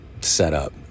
setup